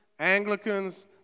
anglicans